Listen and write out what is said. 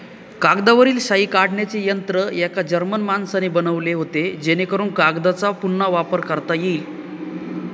कागदावरील शाई काढण्याचे यंत्र एका जर्मन माणसाने बनवले होते जेणेकरून कागदचा पुन्हा वापर करता येईल